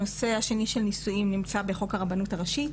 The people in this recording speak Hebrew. הנושא השני של נישואים נמצא בחוק הרבנות הראשית.